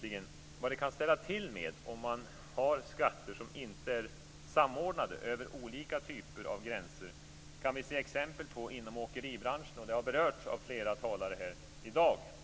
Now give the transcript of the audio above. Vad det kan ställa till med om man har skatter som inte är samordnade över olika typer av gränser kan vi se exempel på inom åkeribranschen. Det har berörts av flera talare i dag.